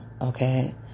okay